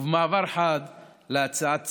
ובמעבר חד להצעה לסדר-היום.